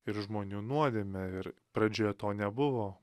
ir žmonių nuodėmę ir pradžioje to nebuvo